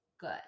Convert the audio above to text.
good